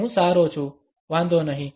હું સારો છું વાંધો નહીં